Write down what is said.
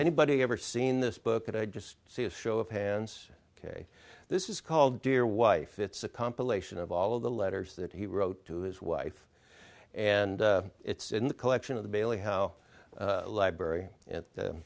anybody ever seen this book that i just see a show of hands ok this is called dear wife it's a compilation of all of the letters that he wrote to his wife and it's in the collection of the bailey how library at